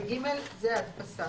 ו-(ג) זה הדפסה.